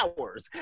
hours